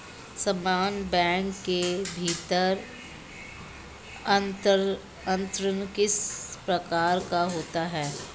समान बैंक के भीतर अंतरण किस प्रकार का होता है?